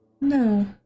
No